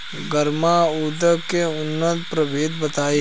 गर्मा उरद के उन्नत प्रभेद बताई?